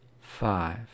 five